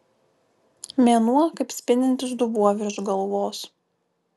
mėnuo kaip spindintis dubuo virš galvos